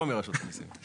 לא מרשות המיסים.